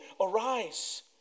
arise